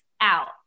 out